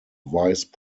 vice